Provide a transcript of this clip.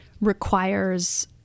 requires